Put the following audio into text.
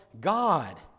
God